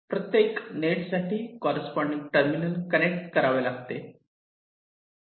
प्रत्येक नेट साठी corresponding terminal connect करावे लागते